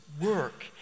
work